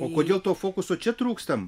o kodėl to fokuso čia trūksta